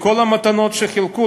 בכל המתנות שחילקו,